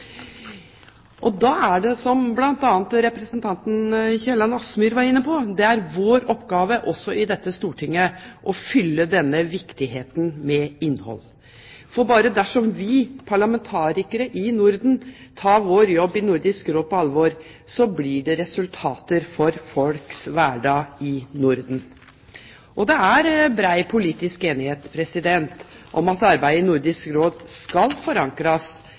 Da er det, som bl.a. representanten Kielland Asmyhr var inne på, vår oppgave også i dette storting å fylle denne viktigheten med innhold. Bare dersom vi parlamentarikere i Norden tar vår jobb i Nordisk Råd på alvor, blir det resultater for folks hverdag i Norden. Det er brei politisk enighet om at arbeidet i Nordisk Råd skal forankres